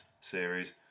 series